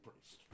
Priest